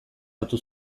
hartu